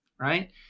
right